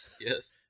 Yes